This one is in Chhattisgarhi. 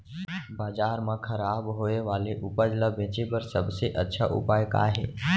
बाजार मा खराब होय वाले उपज ला बेचे बर सबसे अच्छा उपाय का हे?